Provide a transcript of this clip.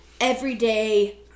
everyday